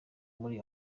muri